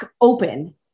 open